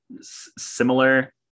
similar